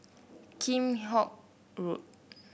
Kheam Hock Road